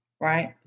Right